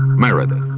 meredith,